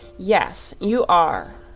yes, you are.